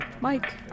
Mike